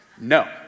no